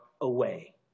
away